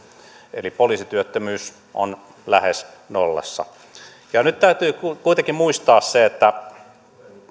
eli poliisityöttömyys on lähes nollassa ja nyt täytyy kuitenkin muistaa se että